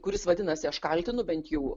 kuris vadinasi aš kaltinu bent jau